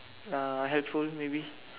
uh helpful maybe